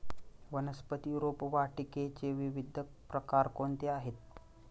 वनस्पती रोपवाटिकेचे विविध प्रकार कोणते आहेत?